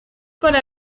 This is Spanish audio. para